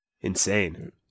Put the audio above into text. insane